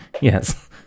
yes